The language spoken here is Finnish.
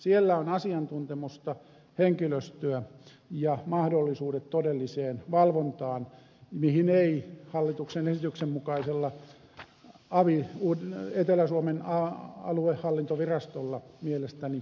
siellä on asiantuntemusta henkilöstöä ja mahdollisuudet todelliseen valvontaan mitä ei hallituksen esityksen mukaisella etelä suomen aluehallintovirastolla mielestäni ole